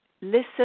listen